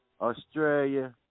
Australia